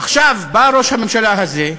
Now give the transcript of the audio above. עכשיו בא ראש הממשלה הזה,